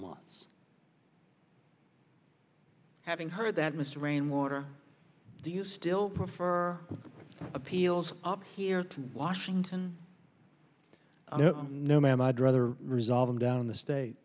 months having heard that mr rainwater do you still prefer appeals up here to washington no ma'am i'd rather resolve them down the state